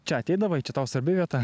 čia ateidavai čia tau svarbi vieta